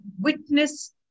witness